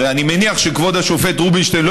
הרי אני מניח שכבוד השופט רובינשטיין לא